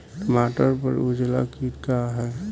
टमाटर पर उजला किट का है?